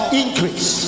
increase